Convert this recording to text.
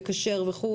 לקשר וכולי